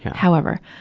however,